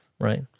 right